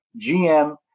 GM